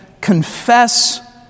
confess